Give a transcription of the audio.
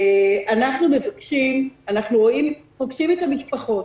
אנחנו פוגשים את המשפחות